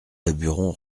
daburon